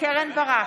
קרן ברק,